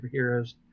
superheroes